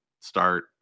start